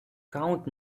count